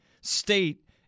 State